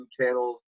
channels